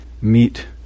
meet